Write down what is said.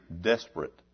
desperate